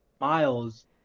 Miles